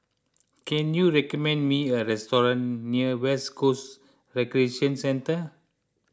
can you recommend me a restaurant near West Coast Recreation Centre